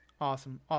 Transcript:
Awesome